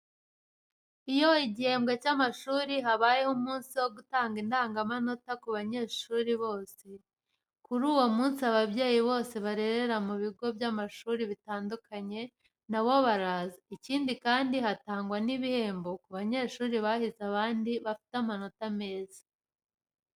Iyo igihembwe cy'amashuri habaho umunsi wo gutanga indangamanota ku banyeshuri bose. Kuri uwo munsi ababyeyi bose barerera mu bigo by'amashuri bitandukanye na bo baraza. Ikindi kandi, hatangwa n'ibihembo ku banyeshuri bahize abandi bafite amanota meza.